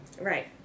Right